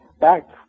Back